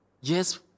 Yes